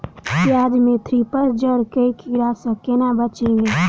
प्याज मे थ्रिप्स जड़ केँ कीड़ा सँ केना बचेबै?